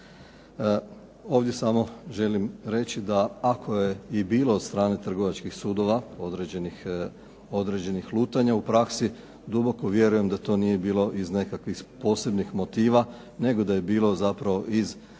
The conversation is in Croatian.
Ovdje samo želim reći da ako je i bilo od strane trgovačkih sudova određenih lutanja u praksi, duboko vjerujem da to nije bilo iz nekakvih posebnih motiva nego da je bilo zapravo iz različitih